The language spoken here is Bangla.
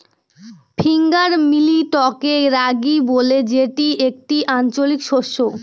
ফিঙ্গার মিলেটকে রাগি বলে যেটি একটি আঞ্চলিক শস্য